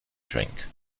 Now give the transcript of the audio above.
drink